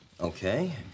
Okay